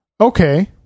okay